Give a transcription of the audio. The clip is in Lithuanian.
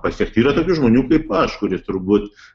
pasiekti yra tokių žmonių kaip aš kurie turbūt